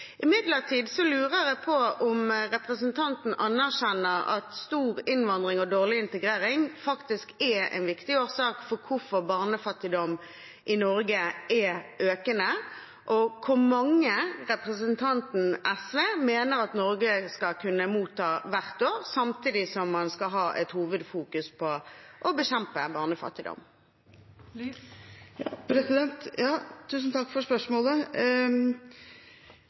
lurer jeg på om representanten anerkjenner at høy innvandring og dårlig integrering faktisk er en viktig årsak til at barnefattigdom i Norge er økende, og hvor mange representanten fra SV mener at Norge skal kunne motta hvert år samtidig som man skal ha som hovedfokus å bekjempe barnefattigdom. Tusen takk for spørsmålet.